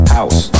House